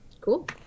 cool